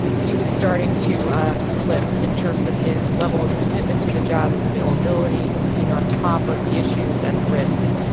he was starting to ah slip in terms of his level of commitment to the job, his availability, his being on top of the issues and the risks.